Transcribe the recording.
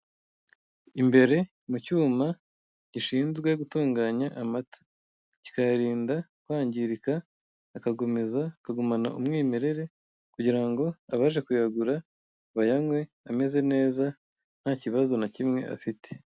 Imbere mu cyuma, gishinzwe gutunganya amata. Kikayarinda kwangirika, akagomeza akagumana umwimerere, kugira ngo abaje kuyagura, bayanywe ameze neza, nta kibazo na kimwe afite.